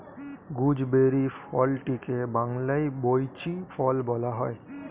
gooseberry ফলটিকে বাংলায় বৈঁচি ফল বলা হয়